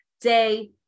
day